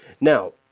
Now